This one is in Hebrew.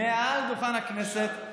מעל דוכן הכנסת,